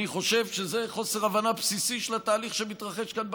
אני חושב שזה חוסר הבנה בסיסי של התהליך שמתרחש כאן בכנסת.